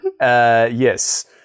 Yes